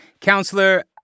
Counselor